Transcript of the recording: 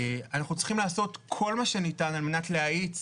אנחנו צריכים לעשות כל מה שניתן על מנת להאיץ